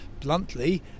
bluntly